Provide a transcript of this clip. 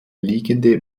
liegende